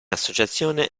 associazione